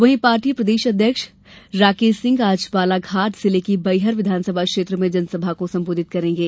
वहीं पार्टी प्रदेश अध्यक्ष राकेश सिंह आज बालाघाट जिले की बैहर विधानसभा क्षेत्र में जनसभा को संबोधित करेंगे